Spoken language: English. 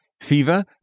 fever